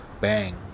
Bang